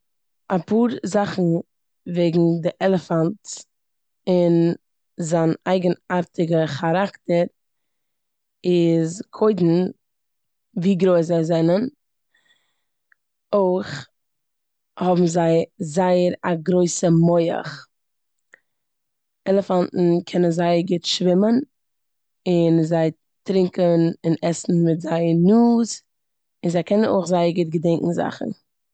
אפאר זאכן וועגן די עלעפאנט און זיין אייגענארטיגע כאראקטער איז קודם ווי גרויס זיי זענען. אויך האבן זיי זייער א גרויסע מח. עלעפאנטן קענען זייער גוט שווימען און זיי טרונקען און עסן מיט זייער נאז און זיי קענען אויך זייער גוט געדענקען זאכן.